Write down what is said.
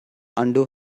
undo